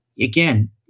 again